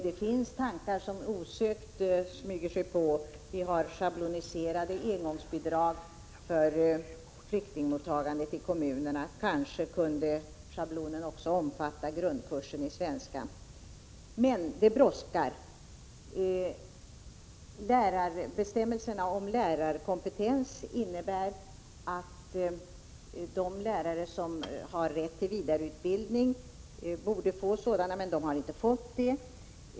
Det finns tankar som osökt smyger sig på: Vi har schabloniserade engångsbidrag för flyktingmottagandet i kommunerna. Kanske kunde schablonen också omfatta grundkursen i svenska? Men det brådskar. Lärare som enligt bestämmelserna om lärarkompetens har rätt till vidareutbildning har inte fått det.